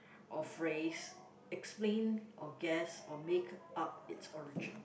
or phrase explain or guess or make-up its origin